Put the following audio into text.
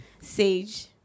Sage